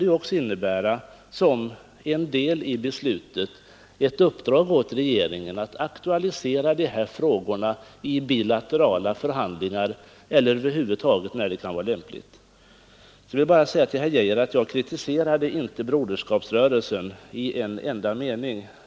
Ett sådant beslut skulle ju också innebära ett uppdrag åt regeringen att aktualisera dessa frågor i bilaterala förhandlingar när så kan vara lämpligt. Till herr Arne Geijer vill jag säga att jag inte kritiserade Broderskapsrörelsen i en enda mening.